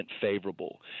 favorable